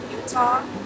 Utah